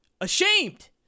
Ashamed